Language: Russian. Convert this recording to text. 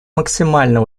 максимально